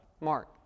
Mark